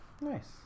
nice